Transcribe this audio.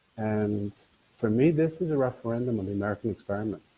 and for me, this is a referendum on the american experiment.